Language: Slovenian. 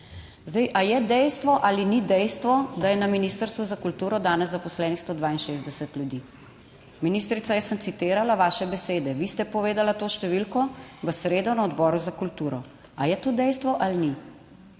Zdaj, ali je dejstvo ali ni dejstvo, da je na Ministrstvu za kulturo danes zaposlenih 162 ljudi. Ministrica, jaz sem citirala vaše besede, vi ste povedala to številko v sredo na Odboru za kulturo. Ali je to dejstvo ali ni?